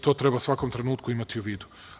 To treba u svakom trenutku imati u vidu.